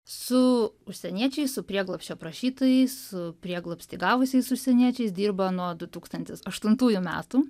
su užsieniečiais su prieglobsčio prašytojais su prieglobstį gavusiais užsieniečiais dirba nuo du tūkstantis aštuntųjų metų